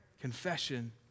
Confession